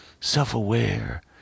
self-aware